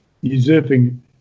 usurping